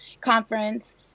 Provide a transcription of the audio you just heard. conference